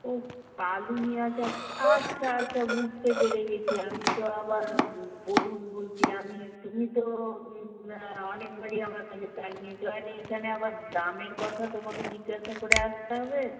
ও কালুনিয়া চাল আচ্ছা আচ্ছা বুঝতে পেরে গেছি আমি তো আবার বলুন বলছিলাম আমি তুমি তো অনেকবারই আমার কাছে চাল নিয়েছ আর এখানে আবার দামের কথা তোমাকে জিজ্ঞাসা করে আসতে হবে